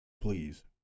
Please